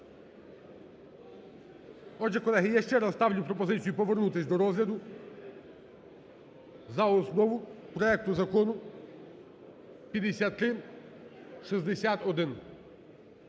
Отже, колеги, я ще раз ставлю пропозицію повернутись до розгляду за основу проекту Закону 5361.